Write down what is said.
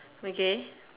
okay